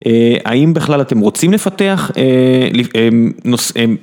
האם בכלל אתם רוצים לפתח?